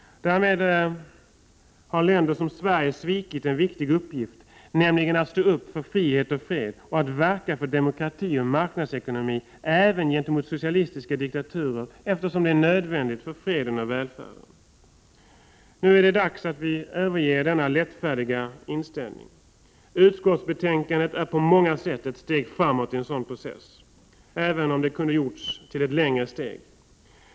Därmed har länder som Sverige svikit en viktig uppgift, nämligen att stå upp för frihet och fred och att verka för demokrati och marknadsekonomi även gentemot socialistiska diktaturer eftersom det är nödvändigt för freden och välfärden. Nu är det dags att vi överger denna lättfärdiga inställning. Utskottsbetänkandet är på många sätt ett steg framåt i en sådan process, även om det kunde ha gjorts till ett längre steg.